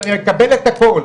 אני מקבל את הכול,